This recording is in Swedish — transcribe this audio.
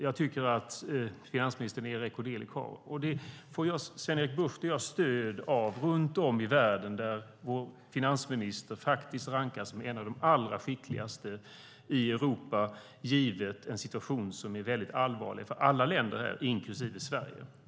Jag tycker att finansministern är en rekorderlig karl. Där får Sven-Erik Bucht och jag stöd runt om i världen, där vår finansminister faktiskt rankas som en av de allra skickligaste i Europa, givet en situation som är väldigt allvarlig för alla länder inklusive Sverige.